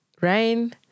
rain